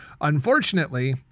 Unfortunately